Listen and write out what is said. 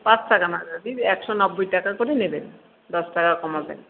পাঁচ টাকা না দিদি একশ নব্বই টাকা করে নেবেন দশ টাকা কমাবেন